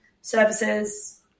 services